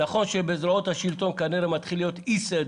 נכון שבזרועות השלטון, כנראה, מתחיל להיות אי-סדר,